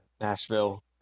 Nashville